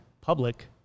public